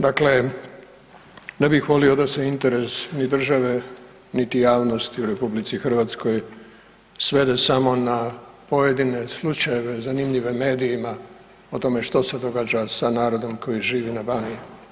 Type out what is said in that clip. Dakle, ne bih volio da se interes ni države, niti javnosti u RH svede samo na pojedine slučajeve zanimljive medijima o tome što se događa sa narodom koji živi na Baniji.